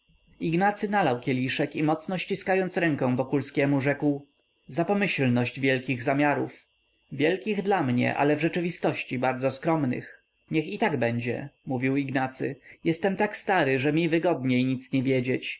ignacy nalał kieliszek i mocno ściskając rękę wokulskiemu rzekł za pomyślność wielkich zamiarów wielkich dla mnie ale w rzeczywistości bardzo skromnych niech i tak będzie mówił ignacy jestem tak stary że mi wygodniej nic nie wiedzieć